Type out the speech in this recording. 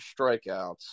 strikeouts